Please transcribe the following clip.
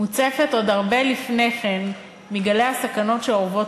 מוצפת עוד הרבה לפני כן מגלי הסכנות שאורבות